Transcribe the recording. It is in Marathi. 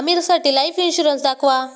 आमीरसाठी लाइफ इन्शुरन्स दाखवा